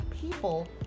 people